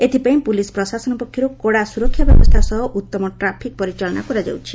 ଏଥିପାଇଁ ପୁଲିସ ପ୍ରଶାସନ ପକ୍ଷରୁ କଡ଼ା ସୁରକ୍ଷା ବ୍ୟବସ୍ରା ସହ ଉଉମ ଟ୍ରାଫିକ ପରିଚାଳନା କରାଯାଉଛି